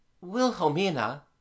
Wilhelmina